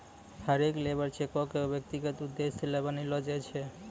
हरेक लेबर चेको क व्यक्तिगत उद्देश्य ल बनैलो जाय छै